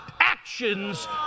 actions